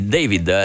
David